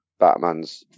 batmans